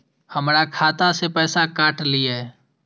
हमर खाता से पैसा काट लिए?